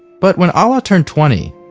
but when ah alaa turned twenty,